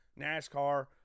NASCAR